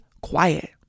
quiet